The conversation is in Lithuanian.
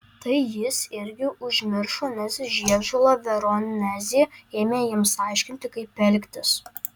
tai jis irgi užmiršo nes žiežula veronezė ėmė jiems aiškinti kaip elgtis